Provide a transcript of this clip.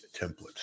templates